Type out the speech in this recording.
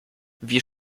wir